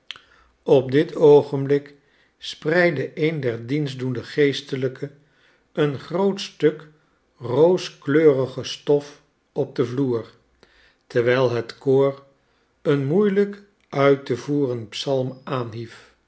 op dit oogenblik spreidde een der dienstdoende geestelijken een groot stuk rooskleurige stof op den vloer terwijl het koor een moeielijk uit te voeren psalm